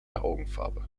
augenfarbe